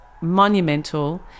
monumental